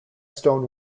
stone